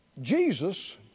Jesus